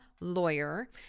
Lawyer